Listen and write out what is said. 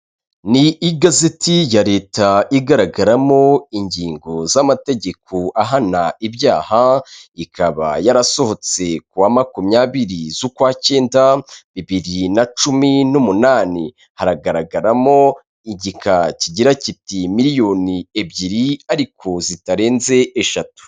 Ni igazeti ya leta igaragaramo ingingo z'amategeko ahana ibyaha, ikaba yarasohotse ku wa makumyabiri z'ukwacyenda, bibiri na cumi n'umunani, haragaragaramo igika kigira kiti miliyoni ebyiri ariko zitarenze eshatu.